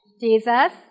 Jesus